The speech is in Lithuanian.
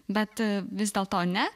bet vis dėlto ne